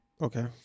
Okay